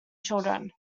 children